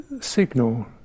signal